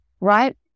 right